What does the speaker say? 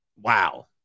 Wow